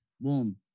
Boom